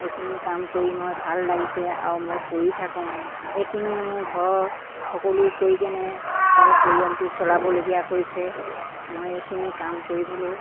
এইখিনি কাম কৰি মই ভাল লাগিছে আৰু মই কৰি থাকোঁ এইখিনিয়ে মোৰ ঘৰৰ সকলো কৰি কেনে ঘৰৰ পৰিয়ালটো চলাবলগীয়া হৈছে মই এইখিনি কাম কৰিবলৈ